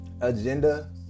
agenda